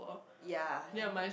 ya